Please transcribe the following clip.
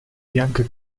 bianca